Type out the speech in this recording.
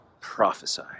prophesy